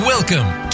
Welcome